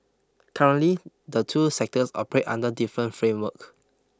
currently the two sectors operate under different framework